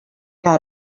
had